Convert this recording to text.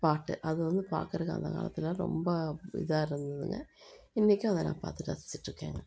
பாட்டு அது வந்து பார்க்குறது அந்த காலத்துலெலாம் ரொம்ப இதாக இருந்ததுங்க இன்றைக்கும் அதை நான் பார்த்து ரசித்துட்டு இருக்கேங்க